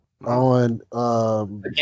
on